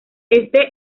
este